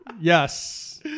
yes